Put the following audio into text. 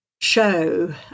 show